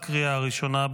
לקריאה הראשונה.